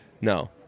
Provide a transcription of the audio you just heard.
no